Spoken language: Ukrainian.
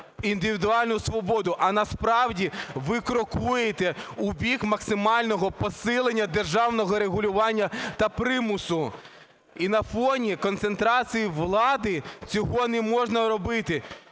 індивідуальну свободу, а насправді ви крокуєте в бік максимального посилення державного регулювання та примусу. І на фоні концентрації влади цього не можна робити.